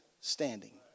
standing